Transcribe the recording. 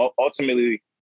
ultimately